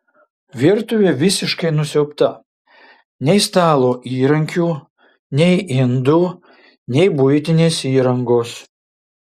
virtuvė visiškai nusiaubta nei stalo įrankių nei indų nei buitinės įrangos